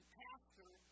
pastor